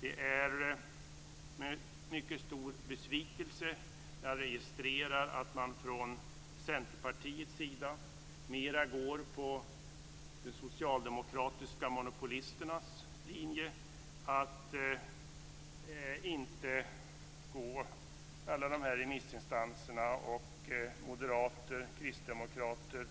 Det är med mycket stor besvikelse jag registrerar att man från Centerpartiets sida mera går på de socialdemokratiska monopolisternas linje att inte gå alla remissinstanser och moderater, kristdemokrater,